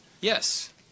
Yes